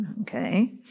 Okay